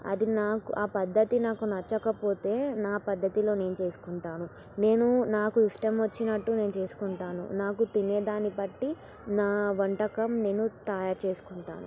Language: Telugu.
అది నాకు ఆ పద్ధతి నాకు నచ్చకపోతే నా పద్ధతిలో నేను చేసుకుంటాను నేను నాకు ఇష్టం వచ్చినట్టు నేను చేసుకుంటాను నాకు తినేదాన్ని బట్టి నా వంటకం నేను తయారు చేసుకుంటాను